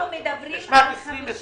לשנת 2020